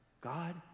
God